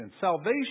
salvation